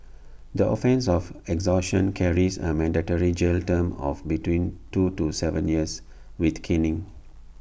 the offence of extortion carries A mandatory jail term of between two to Seven years with caning